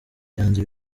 byanze